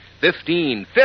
Fifteen